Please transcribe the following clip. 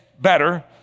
better